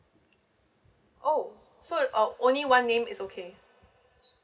oh so o~ only one name is okay